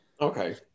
Okay